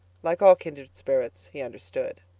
like all kindred spirits he understood.